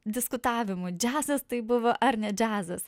diskutavimų džiazas tai buvo ar ne džiazas